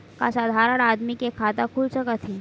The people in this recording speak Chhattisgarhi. का साधारण आदमी के खाता खुल सकत हे?